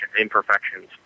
imperfections